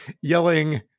yelling